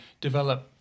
develop